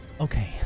Okay